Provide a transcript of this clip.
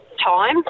Time